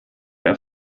der